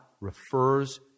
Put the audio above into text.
refers